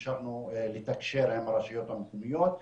המשכנו לתקשר עם הרשויות המקומיות,